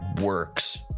Works